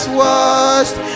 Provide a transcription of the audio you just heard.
washed